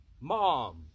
mom